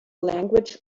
language